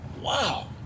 wow